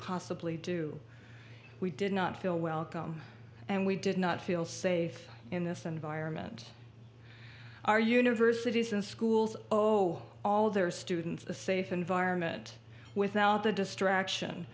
possibly do we did not feel welcome and we did not feel safe in this environment are universities and schools oh all their students a safe environment without the distraction